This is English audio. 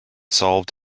solved